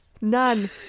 None